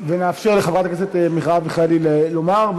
ונאפשר לחברת הכנסת מרב מיכאלי לומר.